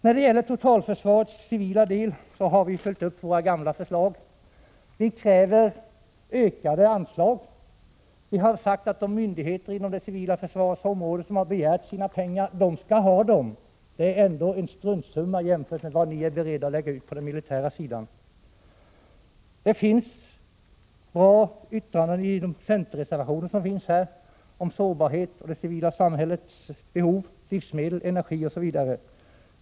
När det gäller totalförsvarets civila del har vi följt upp våra gamla förslag. Vi kräver ökade anslag. Vi har sagt att de myndigheter på det civila försvarets område som har begärt pengar skall ha dem — det är ändå en struntsumma jämfört med vad ni är beredda att lägga ut på den militära sidan. Det finns bra yttranden i centerreservationerna i utlåtandet — om sårbarhet, om det civila samhällets behov av livsmedel, energi, osv.